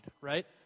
right